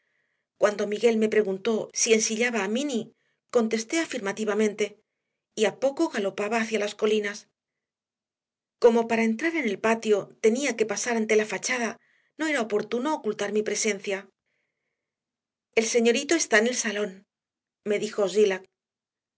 cuando miguel me preguntó si ensillaba a m inny contesté afirmativamente y a poco galopaba hacia las colinas como para entrar en el patio tenía que pasar ante la fachada no era oportuno ocultar mi presencia el señorito está en el salón me dijo